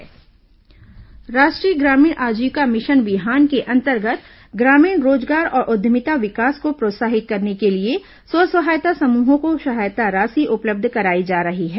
eco friendly मूर्ति राष्ट्रीय ग्रामीण अीजीविका मिशन बिहान के अंतर्गत ग्रामीण रोजगार और उद्यमिता विकास को प्रोत्साहित करने के लिए स्व सहायता समूहों को सहायता राशि उपलब्ध कराई जा रही है